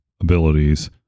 abilities